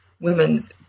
women's